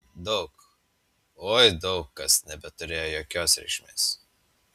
daug oi daug kas nebeturėjo jokios reikšmės